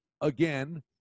again